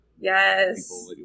Yes